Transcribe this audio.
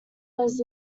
was